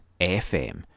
FM